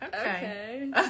Okay